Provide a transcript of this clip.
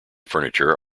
furniture